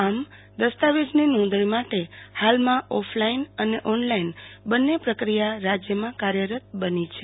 આમદસ્તાવેજોની નોંધણી માટે હાલમાં ઓફલાઈન અને ઓનલાઈન બંન્ને પ્રક્રિયા રાજયમાં કાર્યરત છે